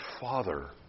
father